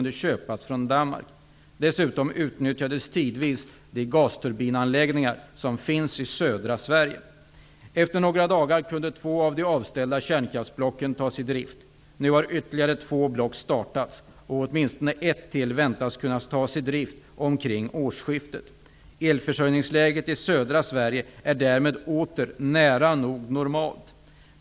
Dessutom utnyttjades tidvis de gasturbinanläggningar som finns i södra Sverige. Efter några dagar kunde två av de avställda kärnkraftsblocken tas i drift. Nu har ytterligare två block startats, och åtminstone ett till väntas kunna tas i drift omkring årsskiftet. Elförsörjningsläget i södra Sverige är därmed åter nära nog normalt.